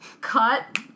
Cut